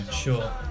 sure